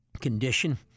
condition